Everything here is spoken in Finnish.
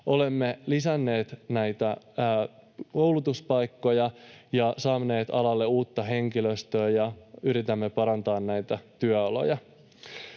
Olemme lisänneet näitä koulutuspaikkoja ja saaneet alalle uutta henkilöstöä ja yritämme parantaa näitä työoloja.